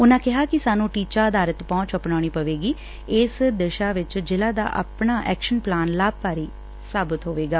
ਉਨਾਂ ਕਿਹਾ ਕਿ ਸਾਨੂੰ ਟੀਚਾ ਆਧਾਰਤ ਪਹੁੰਚ ਅਪਨਾਉਣੀ ਪਵੇਗੀ ਅਤੇ ਇਸ ਦਿਸ਼ਾ ਵਿੱਚ ਜ਼ਿਲ੍ਹਾ ਦਾ ਆਪਣਾ ਐਕਸ਼ਨ ਪਲਾਨ ਲਾਭੱਕਾਰੀ ਸਾਬਤ ਹੋਵੇਗਾ